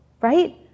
right